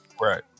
Right